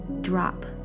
drop